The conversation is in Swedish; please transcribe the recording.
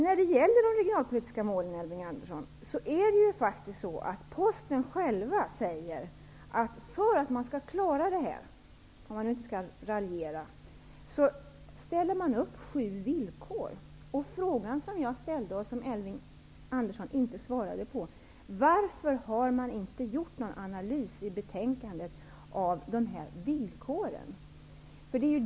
När det gäller de regionalpolitiska målen vill jag, Elving Andersson, utan att raljera säga att Posten faktiskt själv ställer upp sju villkor för att klara dem. Den fråga som jag ställde och som Elving Andersson inte svarade på var: Varför har man inte gjort någon analys i betänkandet av de här villkoren?